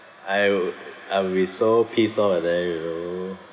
I would I would be so pissed off at them you know